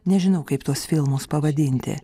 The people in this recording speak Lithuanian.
nežinau kaip tuos filmus pavadinti